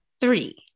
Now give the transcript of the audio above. three